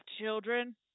children